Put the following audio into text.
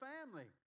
family